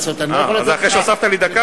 אחרי שהוספת לי דקה?